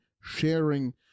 sharing